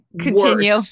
Continue